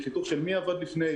מחיתוך של מי עבד לפני,